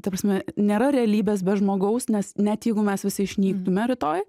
ta prasme nėra realybės be žmogaus nes net jeigu mes visi išnyktume rytoj